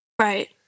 right